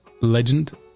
legend